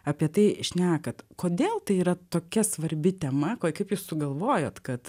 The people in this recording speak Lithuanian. apie tai šnekat kodėl tai yra tokia svarbi tema ko kaip jūs sugalvojot kad